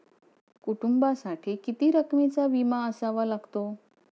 कुटुंबासाठी किती रकमेचा विमा असावा लागतो?